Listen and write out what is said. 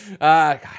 God